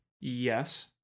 Yes